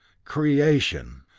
creation!